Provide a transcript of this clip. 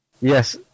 yes